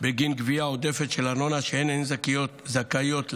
בגין גבייה עודפת של ארנונה שאין הן זכאיות לה.